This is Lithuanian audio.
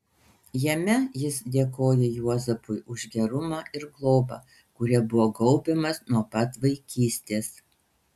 jame jis dėkoja juozapui už gerumą ir globą kuria buvo gaubiamas nuo pat vaikystės